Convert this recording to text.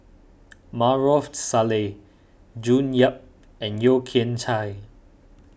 Maarof Salleh June Yap and Yeo Kian Chai